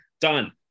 done